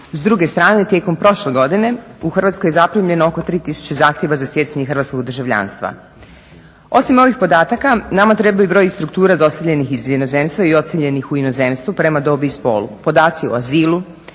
S druge strane, tijekom prošle godine u Hrvatskoj je zaprimljeno oko 3000 zahtjeva za stjecanje hrvatskog državljanstva. Osim ovih podataka nama treba i broj i struktura doseljenih iz inozemstva i ocijenjenih u inozemstvu prema dobi i spolu, podaci o azilu,